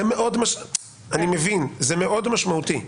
זה משמעותי מאוד.